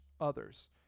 others